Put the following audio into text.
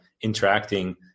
interacting